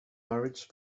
marriage